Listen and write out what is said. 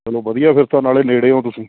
ਚਲੋ ਵਧੀਆ ਫਿਰ ਤਾਂ ਨਾਲੇ ਨੇੜੇ ਹੋ ਤੁਸੀਂ